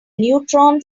neutron